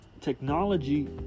technology